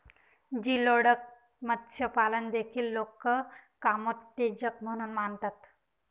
geoduck मत्स्यपालन देखील लोक कामोत्तेजक म्हणून मानतात